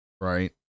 Right